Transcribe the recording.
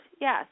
Yes